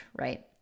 right